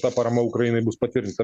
ta parama ukrainai bus pakirsta